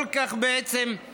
כל כך נחוץ.